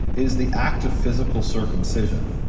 is the act of physical circumcision.